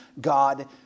God